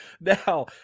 Now